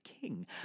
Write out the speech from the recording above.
king